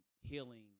healing